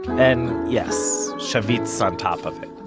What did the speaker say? and yes, shavit's on top of it,